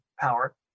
power